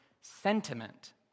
sentiment